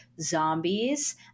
zombies